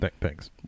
Thanks